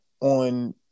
on